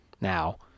Now